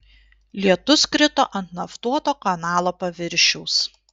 lietus krito ant naftuoto kanalo paviršiaus